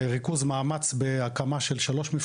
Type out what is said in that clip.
זה ריכוז מאמץ בהקמה של שלוש מפקדות.